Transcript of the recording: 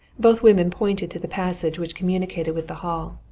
both women pointed to the passage which communicated with the hall.